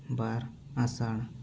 ᱵᱟᱨ ᱟᱥᱟᱲ